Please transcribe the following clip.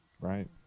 right